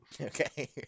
okay